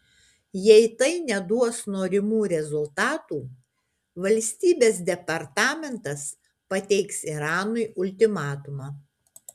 jei tai neduos norimų rezultatų valstybės departamentas pateiks iranui ultimatumą